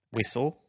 Whistle